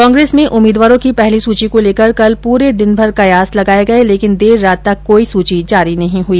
कांग्रेस में उम्मीदवारों की पहली सूची को लेकर कल पूरे दिनभर कयास लगाये गये लेकिन देर रात तक कोई भी सुची जारी नहीं हई